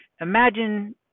imagine